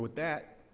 but that,